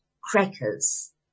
crackers